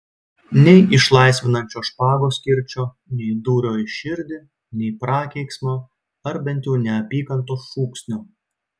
nei išlaisvinančio špagos kirčio nei dūrio į širdį nei prakeiksmo ar bent jau neapykantos šūksnio